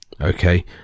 okay